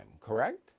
Correct